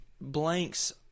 blanks